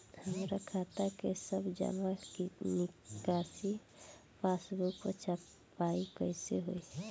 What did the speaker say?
हमार खाता के सब जमा निकासी पासबुक पर छपाई कैसे होई?